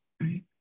right